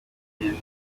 hejuru